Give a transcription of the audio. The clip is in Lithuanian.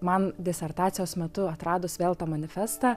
man disertacijos metu atradus vėl tą manifestą